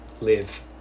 live